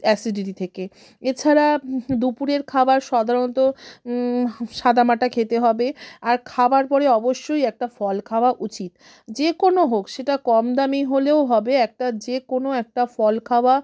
acidity থেকে এছাড়া দুপুরের খাবার সাধারণত সাদামাটা খেতে হবে আর খাবার পরে অবশ্যই একটা ফল খাওয়া উচিত যে কোনো হোক সেটা কম দামি হলেও হবে একটা যে কোনো একটা ফল খাওয়া